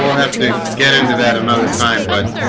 have to get into that another time but